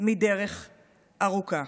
מדרך ארוכה.